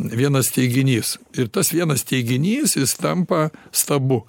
vienas teiginys ir tas vienas teiginys jis tampa stabu